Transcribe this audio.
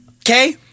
Okay